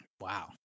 Wow